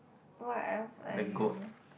what else are you